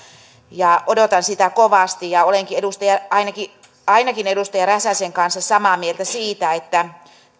odotan sitä kovasti ja olenkin ainakin ainakin edustaja räsäsen kanssa samaa mieltä siitä että